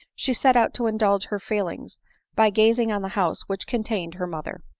she set out to indulge her feelings by gazing on the house which contained her mother.